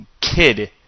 kid